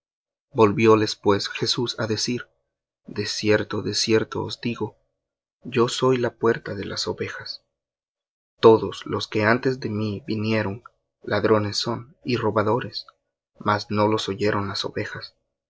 volvióles pues jesús á decir de cierto de cierto os digo yo soy la puerta de las ovejas todos los que antes de mí vinieron ladrones son y robadores mas no los oyeron las ovejas